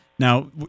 Now